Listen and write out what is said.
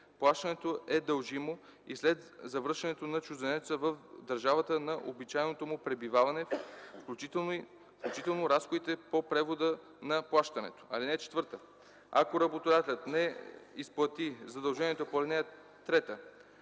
Плащането е дължимо и след завръщането на чужденеца в държавата на обичайното му пребиваване, включително разходите по превода на плащането. (4) Ако работодателят не изплати задължението по ал. 3,